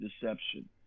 deception